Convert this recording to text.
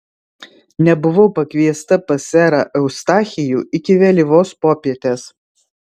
nebuvau pakviesta pas serą eustachijų iki vėlyvos popietės